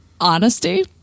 honesty